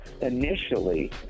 Initially